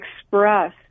express